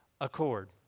accord